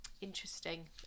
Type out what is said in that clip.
interesting